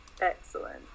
Excellent